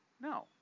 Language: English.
No